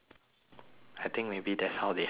I think maybe that's how they heard me laughing